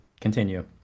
Continue